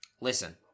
listen